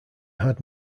had